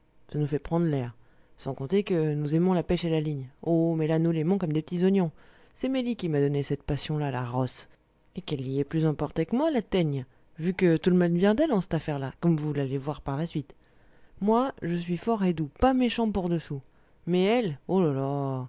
ça nous fait prendre l'air sans compter que nous aimons la pêche à la ligne oh mais là nous l'aimons comme des petits oignons c'est mélie qui m'a donné cette passion là la rosse et qu'elle y est plus emportée que moi la teigne vu que tout le mal vient d'elle en ctaffaire là comme vous l'allez voir par la suite moi je suis fort et doux pas méchant pour deux sous mais elle oh